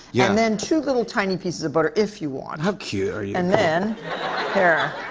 yeah. and then two little tiny pieces of butter if you want. how cute are you? and then here.